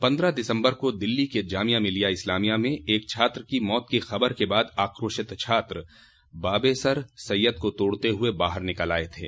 पन्द्रह दिसम्बर को दिल्ली के जामिया मिलिया इस्लामिया में एक छात्र की मौत की ख़बर के बाद आक्रोशित छात्र बाब ए सर सैय्यद को तोड़ते हुए बाहर निकल आये थे